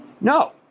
No